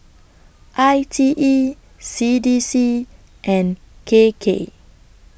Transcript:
I T E C D C and K K